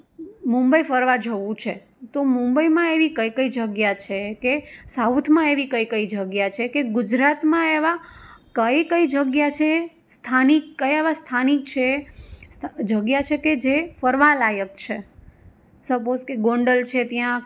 મુંબઈ ફરવા જવું છે તો મુંબઈમાં એવી કઈ કઈ જગ્યા છે કે સાઉથમાં એવી કઈ કઈ જગ્યા છે કે ગુજરાતમાં એવા કઈ કઈ જગ્યા છે સ્થાનિક ક્યા એવા સ્થાનિક છે જગ્યા છે કે જે ફરવાલાયક છે સપોઝ કે ગોંડલ છે ત્યાં